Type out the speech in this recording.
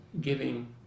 giving